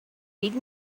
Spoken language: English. read